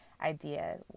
idea